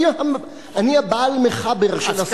אני ה"בעל מחבר" של הספר.